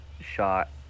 shot